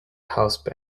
house